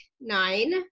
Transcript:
nine